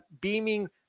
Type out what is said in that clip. beaming